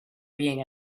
being